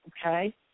okay